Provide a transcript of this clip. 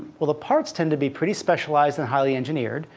well, the parts tend to be pretty specialized and highly engineered.